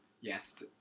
yes